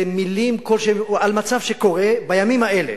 מלים כלשהן, או על מצב שקורה בימים אלה,